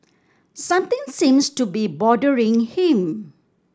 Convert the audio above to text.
something seems to be bothering him